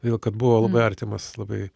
vėl kad buvo labai artimas labai